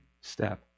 step